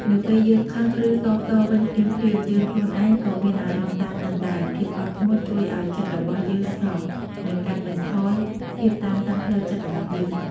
នៅពេលយើងខឹង ឬ តបតវិញភ្លាមៗ យើងខ្លួនឯងក៏មានអារម្មណ៍តានតឹងដែរ ភាពអត់ធ្មត់ជួយឲ្យចិត្តរបស់យើងស្ងប់ និងកាត់បន្ថយភាពតានតឹងផ្លូវចិត្តរបស់យើង។